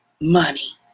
Money